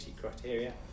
criteria